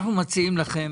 אנחנו מציעים לכם